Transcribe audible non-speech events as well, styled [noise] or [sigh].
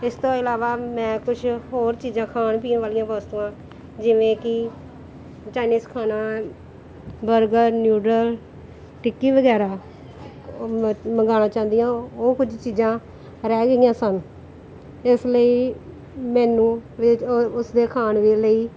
ਇਸ ਤੋਂ ਇਲਾਵਾ ਮੈਂ ਕੁਛ ਹੋਰ ਚੀਜ਼ਾਂ ਖਾਣ ਪੀਣ ਵਾਲੀਆਂ ਵਸਤੂਆਂ ਜਿਵੇਂ ਕਿ ਚਾਈਨੀਜ਼ ਖਾਣਾ ਬਰਗਰ ਨਿਊਡਲ ਟਿੱਕੀ ਵਗੈਰਾ ਮ ਮੰਗਵਾਉਣਾ ਚਾਹੁੰਦੀ ਹਾਂ ਉਹ ਕੁਝ ਚੀਜ਼ਾਂ ਰਹਿ ਗਈਆਂ ਸਨ ਇਸ ਲਈ ਮੈਨੂੰ [unintelligible] ਉਸਦੇ ਖਾਣ ਦੇ ਲਈ